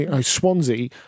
Swansea